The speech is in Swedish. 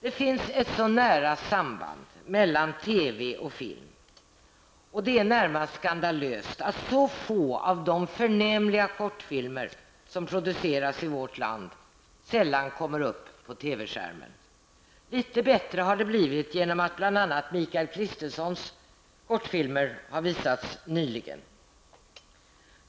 Det finns ett så nära samband mellan TV och film att det är närmast skandalöst att så få av de förnämliga kortfilmer som produceras i vårt land kommer upp på TV-skärmen. Litet bättre har det blivit genom att bl.a. Mikael Kristenssons filmer nyligen har visats.